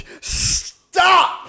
Stop